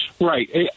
Right